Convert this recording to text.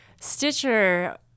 Stitcher